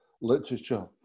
literature